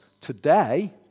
today